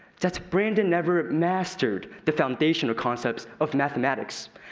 that's brandon never mastered the foundational concepts of mathematics.